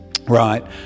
right